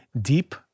Deep